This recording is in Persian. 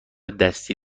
دستی